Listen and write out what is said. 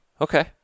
Okay